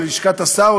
או ללשכת השר,